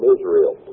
Israel